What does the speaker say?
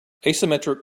asymmetric